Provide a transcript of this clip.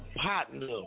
partner